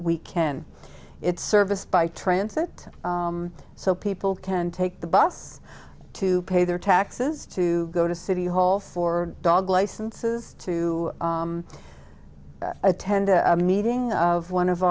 we can it's service by transit so people can take the bus to pay their taxes to go to city hall for dog licenses to attend a meeting of one of